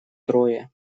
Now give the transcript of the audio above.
трое